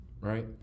Right